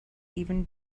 even